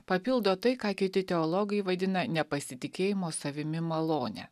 papildo tai ką kiti teologai vadina nepasitikėjimo savimi malone